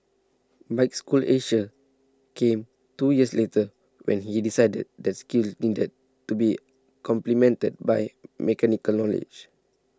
Bike School Asia came two years later when he decided that skills needed to be complemented by mechanical knowledge